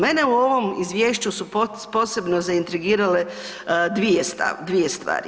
Mene u ovom Izvješću su posebno zaintrigirale dvije stvari.